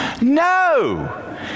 No